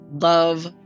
Love